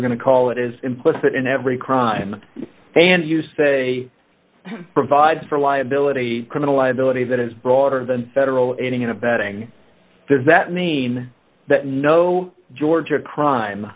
we're going to call it is implicit in every crime and you say provide for liability criminal liability that is broader than federal ending in abetting does that mean that no georgia crime